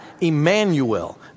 Emmanuel